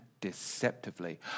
deceptively